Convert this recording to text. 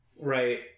right